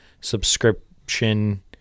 subscription